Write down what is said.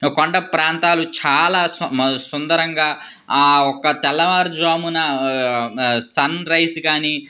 కొండప్రాంతాలు చాలా సు మ సుందరంగా ఆ యొక్క తెల్లవారుజామున సన్రైజ్ గానీ